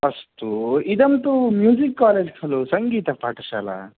अस्तु इदं तु म्यूसिक् कालेज् खलु सङ्गीतपाठशाला